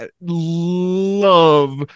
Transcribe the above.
love